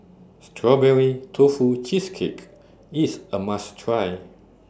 Strawberry Tofu Cheesecake IS A must Try